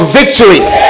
victories